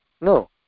No